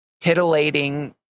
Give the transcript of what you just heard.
titillating